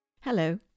Hello